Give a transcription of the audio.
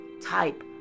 type